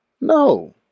No